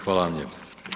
Hvala vam lijepo.